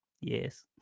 yes